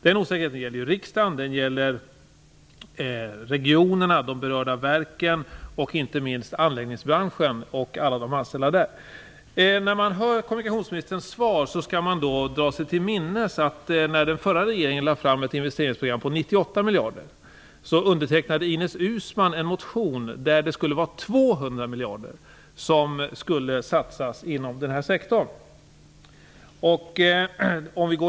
Den osäkerheten gäller riksdagen, regionerna, de berörda verken och, inte minst, anläggningsbranschen och alla anställda där. När man hör kommunikationsministerns svar skall man dra sig till minnes att när den förra regeringen lade fram ett investeringsprogram på 98 miljarder kronor så undertecknade Ines Uusmann en motion, enligt vilken 200 miljarder kronor skulle satsas inom den här sektorn.